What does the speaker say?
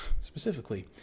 specifically